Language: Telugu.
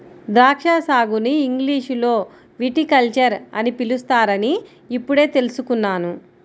ద్రాక్షా సాగుని ఇంగ్లీషులో విటికల్చర్ అని పిలుస్తారని ఇప్పుడే తెల్సుకున్నాను